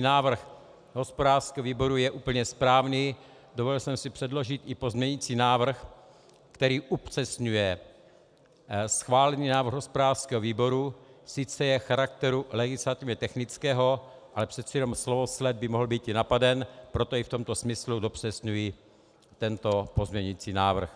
návrh hospodářského výboru je úplně správný, dovolil jsem si předložit i pozměňovací návrh, který upřesňuje schválený návrh hospodářského výboru, sice je charakteru legislativně technického, ale přece jen slovosled by mohl být napaden, proto i v tomto smyslu dopřesňuji tento pozměňovací návrh.